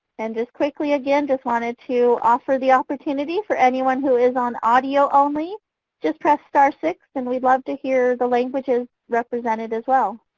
and quickly again just wanted to offer the opportunity for anyone who is on audio only just press star six and we'd love to hear the languages represented as well.